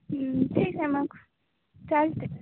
ठीक आहे मग चालते